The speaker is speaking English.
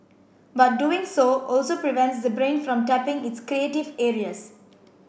but doing so also prevents the brain from tapping its creative areas